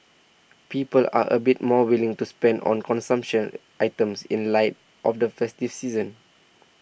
people are a bit more willing to spend on consumption items in light of the festive season